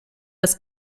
das